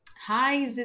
Hi